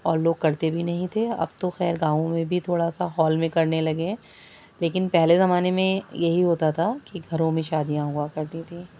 اور لوگ کرتے بھی نہیں تھے اب تو خیر گاؤں میں بھی تھوڑا سا ہال میں کرنے لگے ہیں لیکن پہلے زمانے میں یہی ہوتا تھا کہ گھروں میں شادیاں ہوا کرتی تھیں